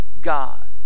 god